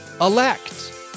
elect